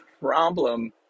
problem